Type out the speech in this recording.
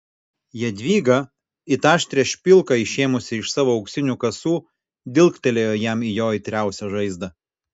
jadvyga it aštrią špilką išėmusi iš savo auksinių kasų dilgtelėjo jam į jo aitriausią žaizdą